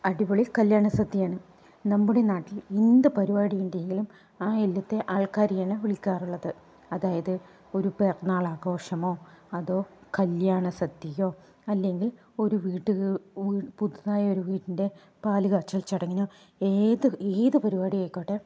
അടിപൊളി കല്യാണസദ്യയാണ് നമ്മുടെ നാട്ടിൽ എന്തു പരിപാടിയുണ്ടെങ്കിലും ആ ഇല്ലത്തെ ആൾക്കാരെയാണ് വിളിക്കാറുള്ളത് അതായത് ഒരു പിറന്നാളാഘോഷമോ അതോ കല്യാണസദ്യയോ അല്ലെങ്കിൽ ഒരു വീട്ടിലേക്ക് വീട്ടിൽ പുതുതായി ഒരു വീടിൻ്റെ പാലുകാച്ചൽ ചടങ്ങിനോ ഏതു ഏതു പരിപാടി ആയിക്കോട്ടെ